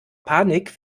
panik